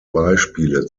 beispiele